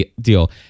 deal